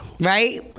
Right